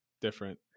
different